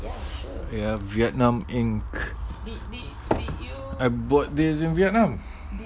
ya vietnam ink I bought this in vietnam did you get some sort of an issue for him in white show